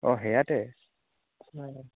অঁ সেয়াতে